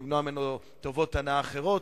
למנוע ממנו טובות הנאה אחרות.